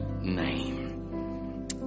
name